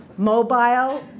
mobile.